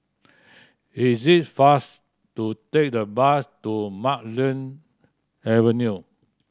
is it faster to take the bus to Marlene Avenue